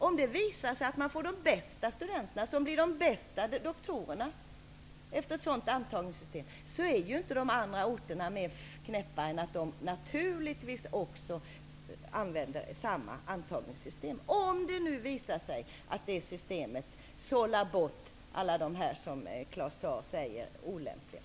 Om det visar sig att man med ett sådant antagningssystem får de bästa studenterna, som blir de bästa doktorerna, är de andra orterna inte dummare än att de också använder samma system -- om det visar sig att systemet sållar bort alla dem som Claus Zaar säger är olämpliga.